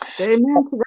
Amen